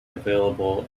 available